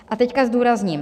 A teď zdůrazním.